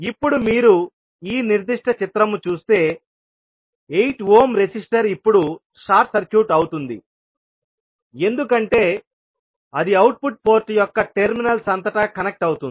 ఇప్పుడు మీరు ఈ నిర్దిష్ట చిత్రము చూస్తే 8 ఓమ్ రెసిస్టర్ ఇప్పుడు షార్ట్ సర్క్యూట్ అవుతుంది ఎందుకంటే ఇది అవుట్పుట్ పోర్ట్ యొక్క టెర్మినల్స్ అంతటా కనెక్ట్ అవుతుంది